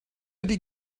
ydy